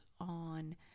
on